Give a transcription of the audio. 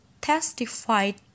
testified